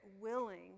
willing